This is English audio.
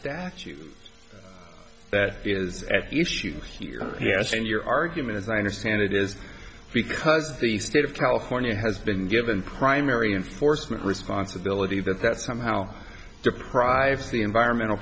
statute that is at issue here yes and your argument as i understand it is because the state of california has been given primary enforcement responsibility that that somehow deprives the environmental